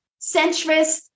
centrist